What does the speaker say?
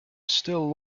still